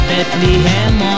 Bethlehem